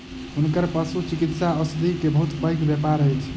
हुनकर पशुचिकित्सा औषधि के बहुत पैघ व्यापार अछि